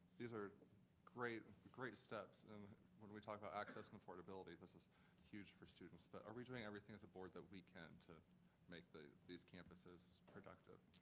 these are great great steps, and when we talk about access and affordability, this is huge for students. but are we doing everything as a board that we can to make these campuses productive?